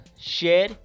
share